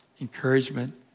encouragement